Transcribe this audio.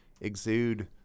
exude